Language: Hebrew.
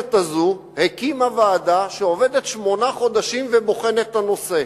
הכנסת הזאת הקימה ועדה שעובדת שמונה חודשים ובוחנת את הנושא.